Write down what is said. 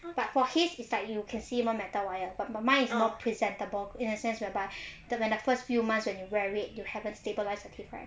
but for his it's like you can see one metal wire but mine is more presentable in a sense whereby the the first few months when you wear it you haven't stabilised at it right